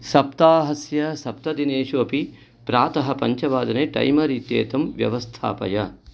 सप्ताहस्य सप्तदिनेषु अपि प्रातः पञ्चवादने टैमर् इत्येतं व्यवस्थापय